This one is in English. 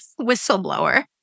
whistleblower